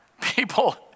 people